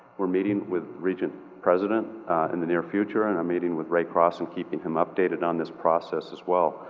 we're meeting with regent president in the near future and i'm meeting with ray cross and keeping him updated on this process as well.